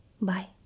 Bye